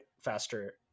faster